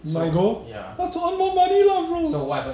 my goal is to earn more money lah bro